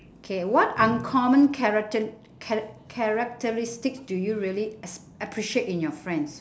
K what uncommon character~ cha~ characteristics do you really ap~ appreciate in your friends